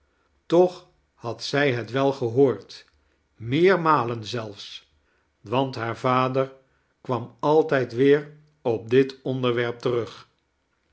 toch had zij het wel gehoord meermalen zelfs want haar vader kwam altijd weer op dit onderwerp terug